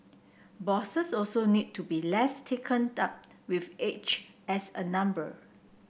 bosses also need to be less taken up with age as a number